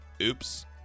oops